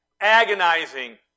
Agonizing